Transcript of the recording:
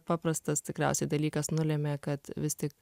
paprastas tikriausiai dalykas nulemia kad vis tik